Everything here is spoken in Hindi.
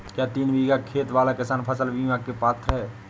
क्या तीन बीघा खेत वाला किसान फसल बीमा का पात्र हैं?